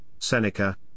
Seneca